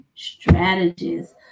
Strategies